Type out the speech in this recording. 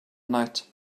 night